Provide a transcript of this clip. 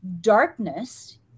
darkness